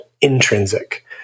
intrinsic